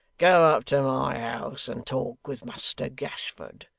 go up to my house and talk with muster gashford.